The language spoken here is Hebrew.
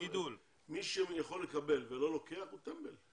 מי שיכול לקבל ולא לוקח הוא טמבל.